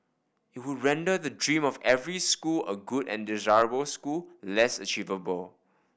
it would render the dream of every school a good and desirable school less achievable